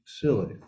silly